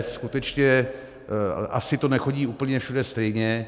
Skutečně asi to nechodí úplně všude stejně.